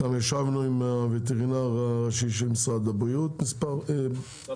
גם ישבנו עם הווטרינר הראשי של משרד החקלאות מספר